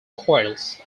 coils